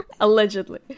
allegedly